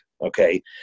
Okay